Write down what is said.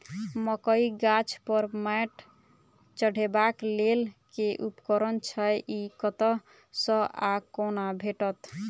मकई गाछ पर मैंट चढ़ेबाक लेल केँ उपकरण छै? ई कतह सऽ आ कोना भेटत?